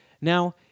Now